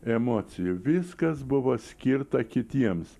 emocijų viskas buvo skirta kitiems